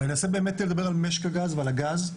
אני אנסה באמת לדבר על משק הגז ועל הגז,